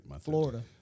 Florida